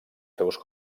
seus